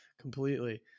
completely